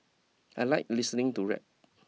I like listening to rap